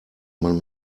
man